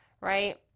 right